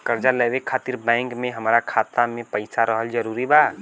कर्जा लेवे खातिर बैंक मे हमरा खाता मे पईसा रहल जरूरी बा?